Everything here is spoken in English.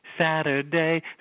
Saturday